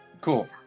cool